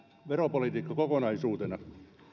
veropolitiikka kokonaisuutena